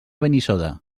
benissoda